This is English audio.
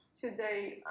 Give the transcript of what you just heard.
today